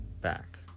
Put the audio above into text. back